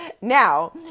Now